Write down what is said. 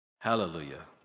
Hallelujah